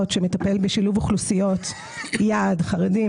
שמטפל בשילוב אוכלוסיות יעד: חרדים,